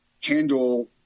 handle